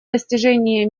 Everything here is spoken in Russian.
достижения